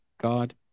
God